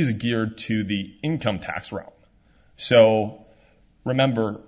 is geared to the income tax well so remember